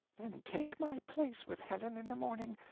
then take my place with helen in the morning.